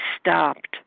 stopped